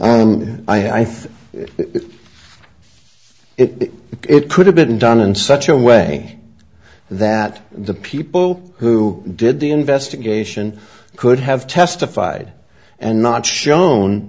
think it could have been done in such a way that the people who did the investigation could have testified and not shown